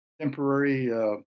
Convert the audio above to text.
temporary